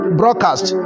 broadcast